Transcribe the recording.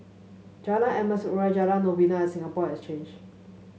Jalan Emas Urai Jalan Novena and Singapore Exchange